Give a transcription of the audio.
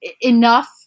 Enough